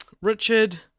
Richard